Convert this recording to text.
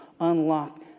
unlock